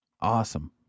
Awesome